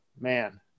man